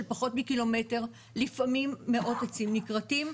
פחות מקילומטר לפעמים מאות עצים נכרתים,